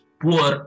poor